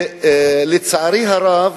שלצערי הרב